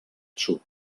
sud